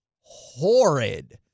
horrid